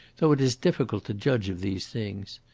though it is difficult to judge of these things.